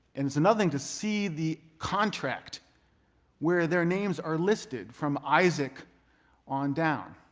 and it's another thing to see the contract where their names are listed from isaac on down.